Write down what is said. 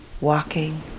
walking